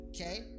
Okay